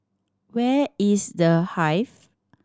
where is The Hive